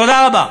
תודה רבה.